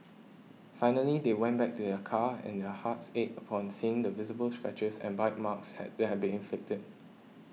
finally they went back to their car and their hearts ached upon seeing the visible scratches and bite marks had that had been inflicted